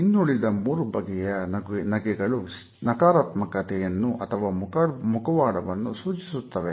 ಇನ್ನುಳಿದ ಮೂರು ಬಗೆಯ ನಗೆಗಳು ನಕಾರಾತ್ಮಕತೆಯನ್ನು ಅಥವಾ ಮುಖವಾಡವನ್ನು ಸೂಚಿಸುತ್ತವೆ